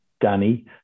Danny